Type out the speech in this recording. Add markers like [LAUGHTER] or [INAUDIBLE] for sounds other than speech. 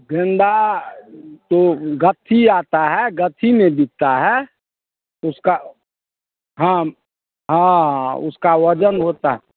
गेंदा तो [UNINTELLIGIBLE] आता है [UNINTELLIGIBLE] में बिकता है उसका हाँ हाँ उसका वज़न होता है